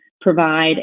provide